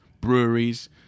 breweries